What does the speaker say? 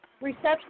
reception